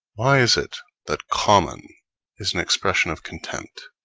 why is it that common is an expression of contempt?